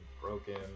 broken